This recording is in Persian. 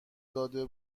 داده